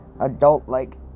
adult-like